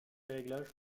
réglages